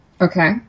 Okay